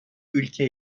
ülke